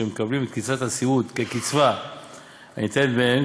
שמקבלים את קצבת הסיעוד כקצבה הניתנת בעין,